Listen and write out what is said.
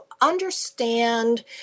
understand